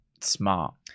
Smart